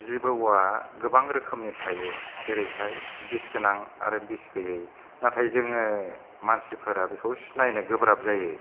जिबौआ गोबां रोखोमनि थायो जेरैहाय बिस गोनां आरो बिस गोयै नाथाय जोङो मानसिफोरा बेखौ सिनायनो गोब्राब जायो